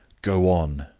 go on,